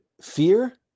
fear